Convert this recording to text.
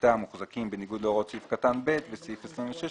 שליטה המוחזקים בניגוד להוראות סעיף קטן (ב) וסעיף 26,